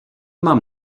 mám